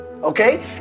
Okay